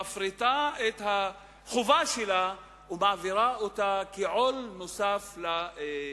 מפריטה את החובה שלה ומעבירה אותה כעול נוסף על האזרחים.